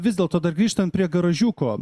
vis dėlto dar grįžtam prie garažiuko